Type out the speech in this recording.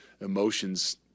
emotions